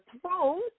throne